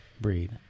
breed